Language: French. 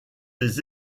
des